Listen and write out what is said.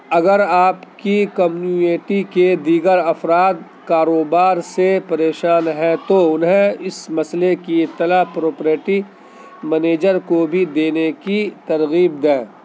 اگر آپ کی کمنیویٹی کے دیگر افراد کاروبار سے پریشان ہیں تو اُنہیں اِس مسئلے کی اطلاع پروپریٹی منیجر کو بھی دینے کی ترغیب دیں